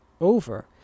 over